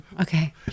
Okay